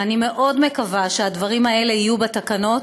אני מאוד מקווה שהדברים האלה יהיו בתקנות.